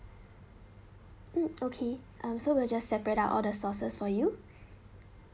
mm okay um so we'll just separate out all the sauces for you